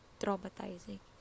traumatizing